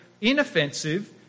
inoffensive